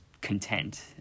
content